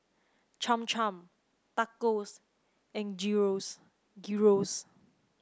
Cham Cham Tacos and